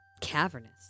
Cavernous